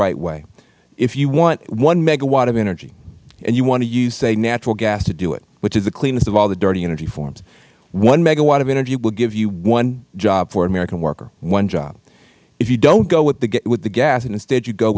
right way if you want one megawatt of energy and you want to use say natural gas to do it which is the cleanest of all the dirty energy forms one megawatt of energy will give you one job for an american worker one job if you don't go with the gas and instead you go